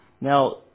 Now